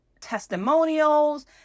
testimonials